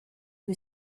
who